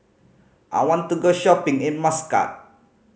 I want to go shopping in Muscat